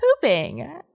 pooping